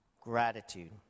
Gratitude